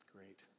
Great